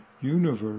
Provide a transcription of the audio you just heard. universe